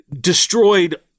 destroyed